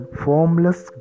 formless